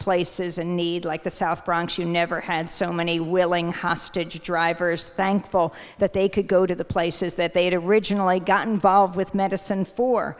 places and need like the south bronx you never had so many willing hostage drivers thankful that they could go to the places that they had originally got involved with medicine for